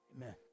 Amen